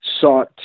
sought